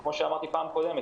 וכמו שאמרתי פעם קודמת,